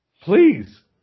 Please